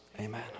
Amen